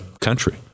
country